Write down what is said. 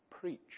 preach